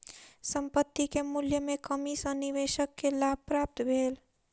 संपत्ति के मूल्य में कमी सॅ निवेशक के लाभ प्राप्त भेल